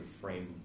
frame